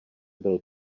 byl